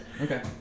Okay